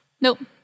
Nope